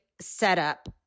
setup